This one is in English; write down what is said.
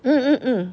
mm mm mm